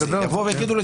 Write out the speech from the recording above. הוא יגיד: